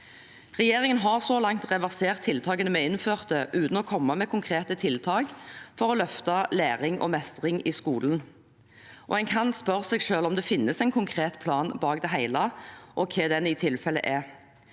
Regjeringen har så langt reversert tiltakene vi innførte, uten å komme med konkrete tiltak for å løfte læring og mestring i skolen. En kan spørre seg selv om det finnes en konkret plan bak det hele, og hva den i tilfelle er.